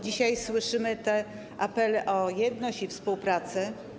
Dzisiaj słyszymy te apele o jedność i współpracę.